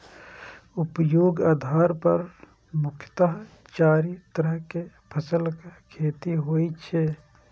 उपयोगक आधार पर मुख्यतः चारि तरहक फसलक खेती होइ छै